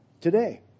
today